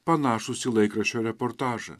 panašūs į laikraščio reportažą